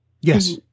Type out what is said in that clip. Yes